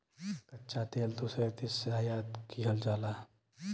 कच्चा तेल दूसरे देश से आयात किहल जाला